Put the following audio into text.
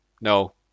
No